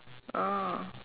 ah